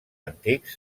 antics